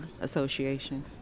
association